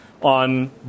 on